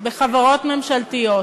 בחברות ממשלתיות.